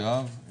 תודה, יואב.